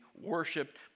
worshipped